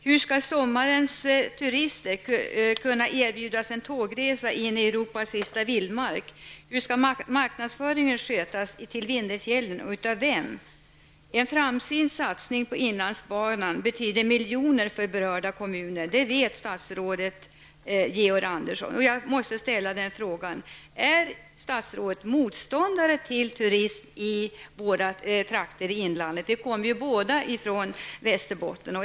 Hur skall sommarens turister kunna erbjudas en tågresa in i Europas sista vildmark? Hur skall marknadsföringen skötas, och av vem? En framsynt satsning på inlandsbanan betyder miljoner för berörda kommuner, och det vet statsrådet Georg Andersson. Jag måste ställa frågan: Är statsrådet motståndare till turism i våra trakter i inlandet? Vi kommer ju båda från Västerbotten.